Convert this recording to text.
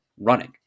running